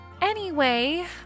Anyway